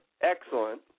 excellent